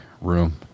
room